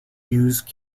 use